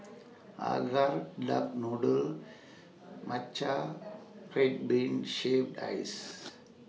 Acar Duck Noodle Matcha Red Bean Shaved Ice